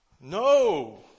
no